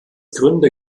gründe